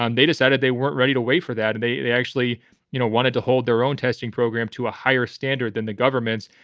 um they decided they weren't ready to wait for that debate. they actually you know wanted to hold their own testing program to a higher standard than the government's.